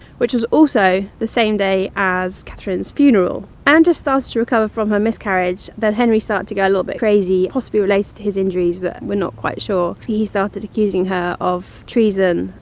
which was also the same day as catherine's funeral. anne just started to recover from her miscarriage, then henry started to go a little bit crazy possibly related to his injuries, but we're not quite sure. he started accusing her of treason,